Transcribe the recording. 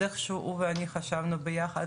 איכשהו הוא ואני חשבנו ביחד,